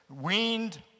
weaned